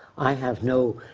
i have no.